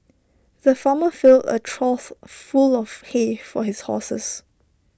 the farmer filled A trough full of hay for his horses